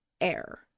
air